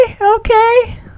Okay